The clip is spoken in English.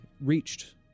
reached